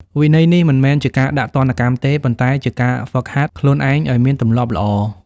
វិន័យនេះមិនមែនជាការដាក់ទណ្ឌកម្មទេ ប៉ុន្តែជាការហ្វឹកហាត់ខ្លួនឯងឲ្យមានទម្លាប់ល្អ។